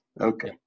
Okay